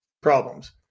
problems